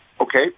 Okay